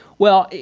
well,